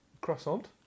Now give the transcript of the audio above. croissant